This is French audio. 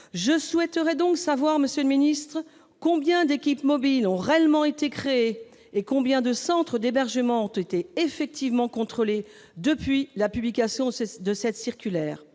Je souhaiterais donc savoir combien d'équipes mobiles ont été réellement créées et combien de centres d'hébergement ont été effectivement contrôlés depuis la publication de cette circulaire.